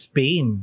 Spain